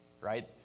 right